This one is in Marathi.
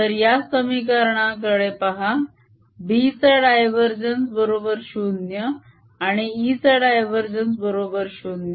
तर या समीकरणा कडे पहा - B चा डायवरजेन्स बरोबर 0 आणि E चा डायवरजेन्स बरोबर 0